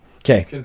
Okay